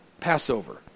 Passover